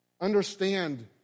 Understand